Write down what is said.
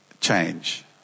change